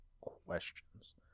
questions